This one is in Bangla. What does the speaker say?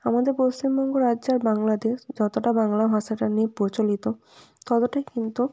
আমাদের পশ্চিমবঙ্গ রাজ্য আর বাংলাদেশ যতটা বাংলা ভাষাটা নিয়ে প্রচলিত ততটা কিন্তু